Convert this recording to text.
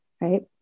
right